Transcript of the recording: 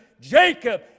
Jacob